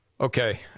Okay